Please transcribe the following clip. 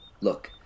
Look